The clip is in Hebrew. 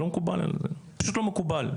לא מקובל עלינו, פשוט לא מקובל.